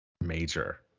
major